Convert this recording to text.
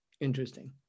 interesting